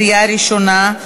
לקריאה ראשונה.